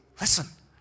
Listen